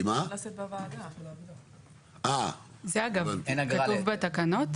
זה אגב כתוב בתקנות?